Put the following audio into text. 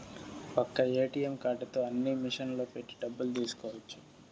ఒక్క ఏటీఎం కార్డుతో అన్ని మిషన్లలో పెట్టి డబ్బులు తీసుకోవచ్చు